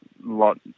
lot